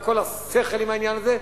על כל השכל עם העניין הזה.